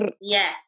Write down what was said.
yes